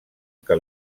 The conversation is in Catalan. que